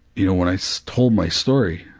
you know, when i so told my story,